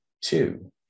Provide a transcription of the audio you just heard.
two